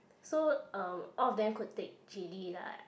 so uh all of them could take chilli lah